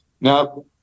Now